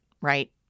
right